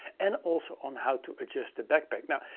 and also on how to adjust the backpack. now,